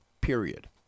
Period